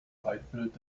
leitbild